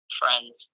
friends